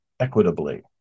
Equitably